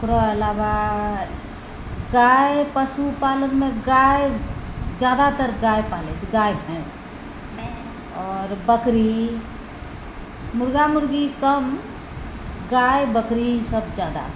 ओकरो आलावा गाय पशुपालनमे गाय जादातर गाय पालै छै गाय भैंस आओर बकरी मुर्गा मुर्गी कम गाय बकरी सब जादा